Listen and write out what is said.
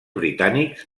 britànics